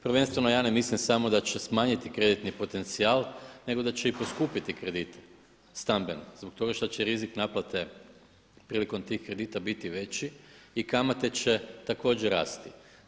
Prvenstveno ja ne mislim samo da će smanjiti kreditni potencijal nego da će i poskupiti krediti, stambeni zbog toga što će rizik naplate prilikom tih kredita biti veći i kamate će također rasti.